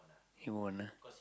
he won't ah